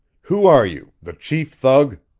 who are you the chief thug?